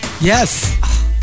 yes